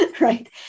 right